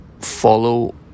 follow